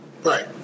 Right